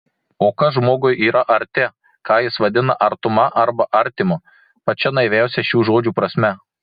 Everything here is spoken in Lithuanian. o kas žmogui yra arti ką jis vadina artuma arba artimu pačia naiviausia šių žodžių prasme